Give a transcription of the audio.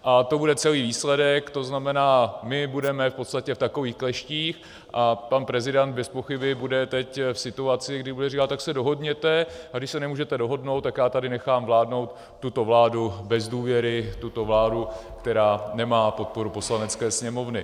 A to bude celý výsledek, to znamená, my budeme v podstatě v takových kleštích a pan prezident bezpochyby bude teď v situaci, kdy bude říkat: tak se dohodněte, a když se nemůžete dohodnout, tak já tady nechám vládnout tuto vládu bez důvěry, tuto vládu, která nemá podporu Poslanecké sněmovny.